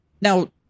Now